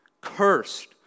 cursed